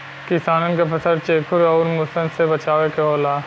किसानन के फसल चेखुर आउर मुसन से बचावे के होला